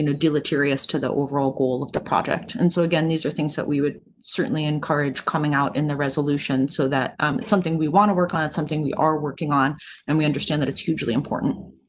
you know deleterious to the overall goal of the project. and so, again, these are things that we would certainly encourage coming out in the resolution. so that something we want to work on something we are working on and we understand that it's hugely important.